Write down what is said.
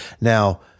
now